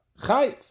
Chayiv